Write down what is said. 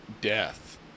death